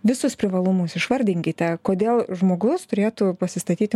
visus privalumus išvardinkite kodėl žmogus turėtų pasistatyti